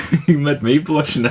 you? you've made me blush and